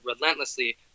relentlessly